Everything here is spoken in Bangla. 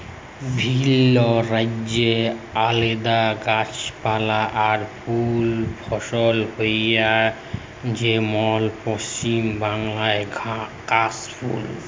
বিভিল্য রাজ্যে আলাদা গাছপালা আর ফুল ফসল হ্যয় যেমল পশ্চিম বাংলায় কাশ ফুল